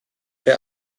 der